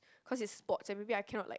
cause is sports and maybe I cannot like